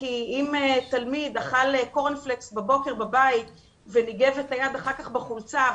כי אם תלמיד אכל קורנפלקס בבוקר בבית וניגב את הילד אחר כך בחולצה,